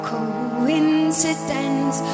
Coincidence